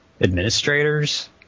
administrators